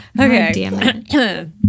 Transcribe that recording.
okay